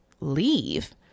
leave